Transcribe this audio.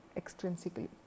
extrinsically